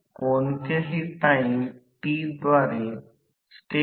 E2 घेणारा voltage द्वारे प्रेरित रोटर मध्ये आहे